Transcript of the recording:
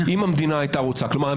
אם המדינה הייתה רוצה - כלומר,